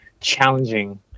challenging